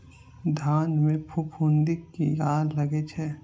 धान में फूफुंदी किया लगे छे?